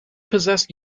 possessed